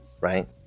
right